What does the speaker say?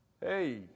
Hey